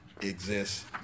exists